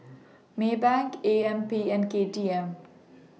Maybank A M P and K T M